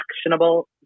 actionable